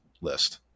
list